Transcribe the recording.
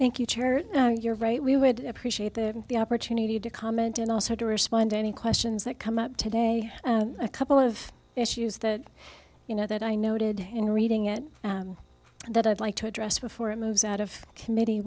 thank you church you're right we would appreciate the opportunity to comment and also to respond to any questions that come up today a couple of issues that you know that i noted in reading it that i'd like to address before it moves out of committee